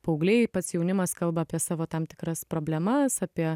paaugliai pats jaunimas kalba apie savo tam tikras problemas apie